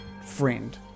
friend